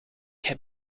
heb